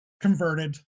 converted